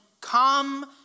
come